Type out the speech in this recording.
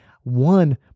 one